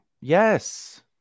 Yes